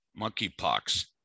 monkeypox